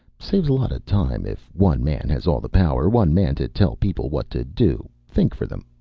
saves a lot of time if one man has all the power. one man to tell people what to do, think for them,